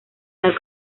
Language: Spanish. tal